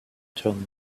tone